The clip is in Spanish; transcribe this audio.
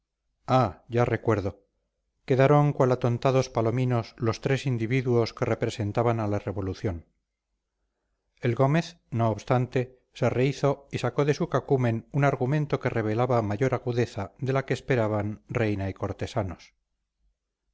ah ya recuerdo quedaron cual atontados palominos los tres individuos que representaban a la revolución el gómez no obstante se rehízo y sacó de su cacumen un argumento que revelaba mayor agudeza de la que esperaban reina y cortesanos